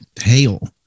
hail